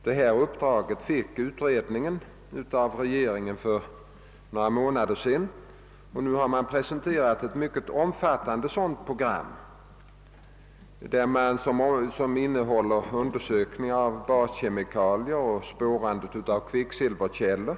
Detta uppdrag fick utredningen av regeringen för några månader sedan, och nu har man presenterat ett mycket omfattande program som upptar undersökningar av baskemikalier och spårande av kvicksilverkällan.